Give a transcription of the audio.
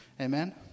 Amen